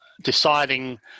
deciding